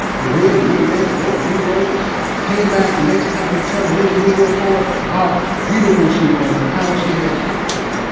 they read and reread, and wrote and re-wrote, and came back the next time to tell the lady negro poet how beautiful she was, and how she had helped them.